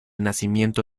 nacimiento